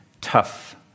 tough